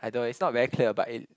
I know it's not very clear but it